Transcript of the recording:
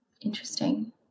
Interesting